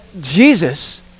Jesus